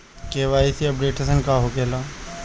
KYC updation का होखेला?